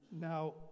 now